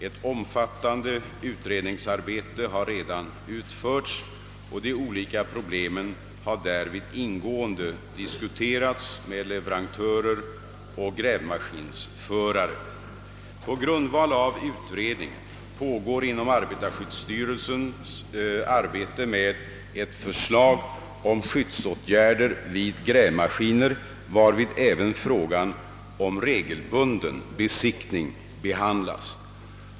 Ett omfattande utredningsarbete har redan utförts, och de olika problemen har därvid ingående diskuterats med leverantörer och grävmaskinsförare. På grundval av utredningen pågår inom arbetarskyddsstyrelsen arbete med ett förslag om skyddsåtgärder vid grävmaskiner, varvid även frågan om regelbunden besiktning behandlas.